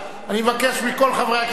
אני מבקש מכל חברי הכנסת,